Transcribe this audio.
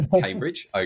Cambridge